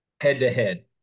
head-to-head